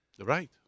Right